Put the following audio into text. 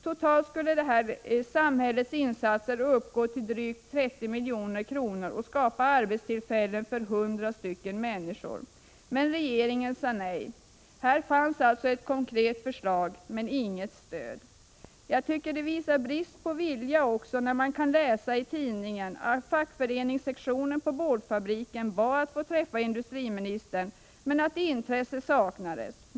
Totalt skulle samhällets insatser uppgå till drygt 30 miljoner och skapa arbetstillfällen för 100 människor. Men regeringen sade nej. Här fanns alltså ett konkret förslag, men inget stöd. Vi har kunnat läsa i tidningen att fackföreningssektionen på boardfabriken bad att få träffa industriministern, men intresse saknades. Jag tycker det visar brist på vilja.